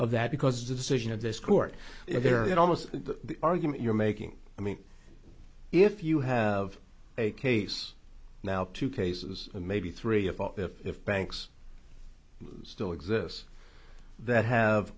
of that because the decision of this court there in almost the argument you're making i mean if you have a case now two cases maybe three of the banks still exists that have